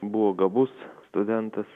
buvo gabus studentas